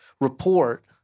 report